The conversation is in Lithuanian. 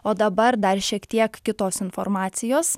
o dabar dar šiek tiek kitos informacijos